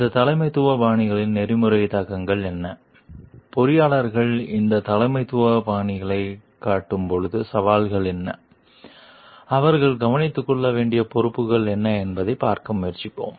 இந்த தலைமைத்துவ பாணிகளின் நெறிமுறை தாக்கங்கள் என்ன பொறியியலாளர்கள் இந்த தலைமைத்துவ பாணியைக் காட்டும்போது சவால்கள் என்ன அவர்கள் கவனித்துக் கொள்ள வேண்டிய பொறுப்புகள் என்ன என்பதைப் பார்க்க முயற்சிப்போம்